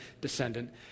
descendant